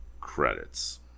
credits